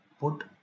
put